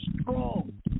strong